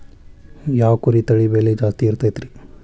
ಯಾವ ಕುರಿ ತಳಿ ಬೆಲೆ ಜಾಸ್ತಿ ಇರತೈತ್ರಿ?